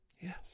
Yes